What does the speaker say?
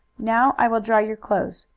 now i will dry your clothes,